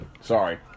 Sorry